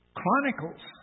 Chronicles